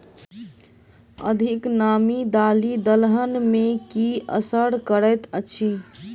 अधिक नामी दालि दलहन मे की असर करैत अछि?